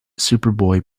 superboy